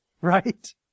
right